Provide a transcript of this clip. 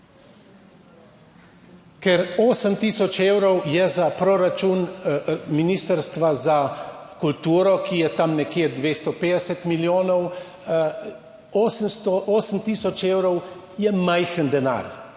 Ker 8 tisoč evrov je za proračun Ministrstva za kulturo, ki je tam nekje 250 milijonov. 8 tisoč evrov, je majhen denar,